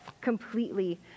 completely